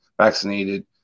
vaccinated